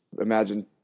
imagine